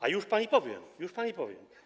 A już pani powiem, już pani powiem.